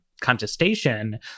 contestation